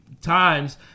times